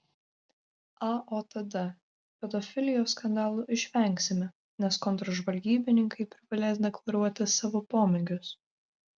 aotd pedofilijos skandalų išvengsime nes kontržvalgybininkai privalės deklaruoti savo pomėgius